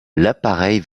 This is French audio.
l’appareil